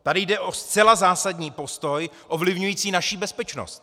Tady jde o zcela zásadní postoj ovlivňující naši bezpečnost!